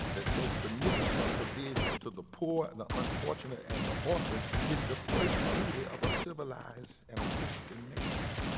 that says, beneficent provision to the poor and the unfortunate and the orphan is the first duty of a civilized and a christian nation.